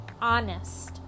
honest